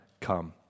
come